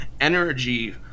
energy